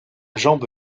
jambe